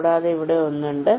കൂടാതെ ഇവിടെ 1 ഉണ്ട്